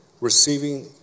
receiving